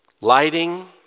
lighting